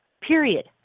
period